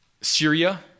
Syria